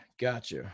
gotcha